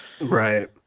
right